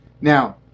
Now